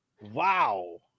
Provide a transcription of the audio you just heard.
Wow